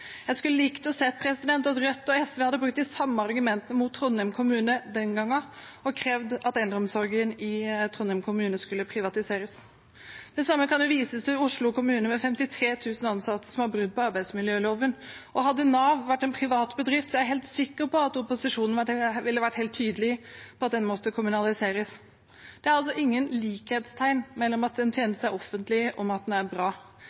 Jeg skulle likt å se at Rødt og SV hadde brukt de samme argumentene mot Trondheim kommune den gangen og krevd at eldreomsorgen i Trondheim kommune skulle privatiseres. Det samme kan vises til i Oslo kommune, med 53 000 ansatte som har brudd på arbeidsmiljøloven. Hadde Nav vært en privat bedrift, er jeg helt sikker på at opposisjonen ville vært helt tydelig på at den måtte kommunaliseres. Det er ingen likhetstegn mellom at en tjeneste er offentlig, og at den er bra.